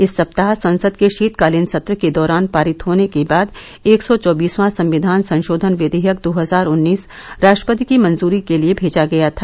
इस सप्ताह संसद के शीतकालीन सत्र के दौरान पारित होने के बाद एक सौ चौबीसवां संविधान संशोधन विघेयक दो हजार उन्नीस राष्ट्रपति की मंजूरी के लिए भेजा गया था